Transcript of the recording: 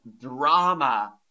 drama